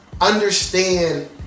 understand